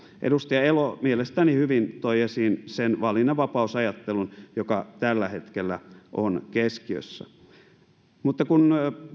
edustaja elo mielestäni hyvin toi esiin sen valinnanvapausajattelun joka tällä het kellä on keskiössä kun